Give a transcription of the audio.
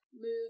move